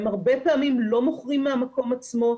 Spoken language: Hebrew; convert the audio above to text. הם הרבה פעמים לא מוכרים מהמקום עצמו,